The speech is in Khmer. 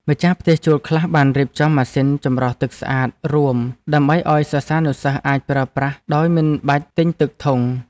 ម្ចាស់ផ្ទះជួលខ្លះបានរៀបចំម៉ាស៊ីនចម្រោះទឹកស្អាតរួមដើម្បីឱ្យសិស្សានុសិស្សអាចប្រើប្រាស់ដោយមិនបាច់ទិញទឹកធុង។